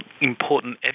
important